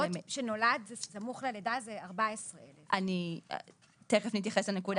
פעוט שנולד סמוך ללידה זה 14,000. תכף נתייחס לנקודה